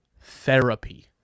therapy